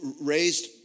raised